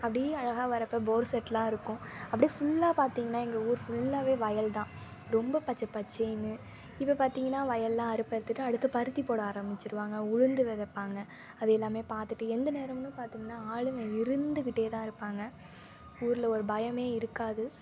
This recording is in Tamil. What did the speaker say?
அப்படி அழகாக வர்றப்போ போர் செட்டெலாம் இருக்கும் அப்படியே ஃபுல்லாக பார்த்திங்கன்னா எங்கள் ஊர் ஃபுல்லாகவே வயல் தான் ரொம்ப பச்சை பச்சேனு இப்போ பார்த்திங்கன்னா வயல்லாம் அறுப்பு அறுத்துவிட்டு அடுத்து பருத்தி போட ஆரமிச்சுருவாங்க உளுந்து வெதைப்பாங்க அது எல்லாமே பார்த்துட்டு எந்த நேரம்னு பார்த்திங்கன்னா ஆளுங்க இருந்துகிட்டே தான் இருப்பாங்க ஊரில் ஒரு பயமே இருக்காது